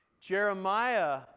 Jeremiah